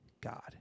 God